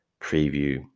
preview